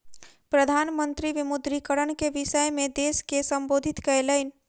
प्रधान मंत्री विमुद्रीकरण के विषय में देश के सम्बोधित कयलैन